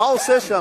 מה הוא עושה שם?